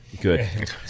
good